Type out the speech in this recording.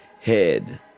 head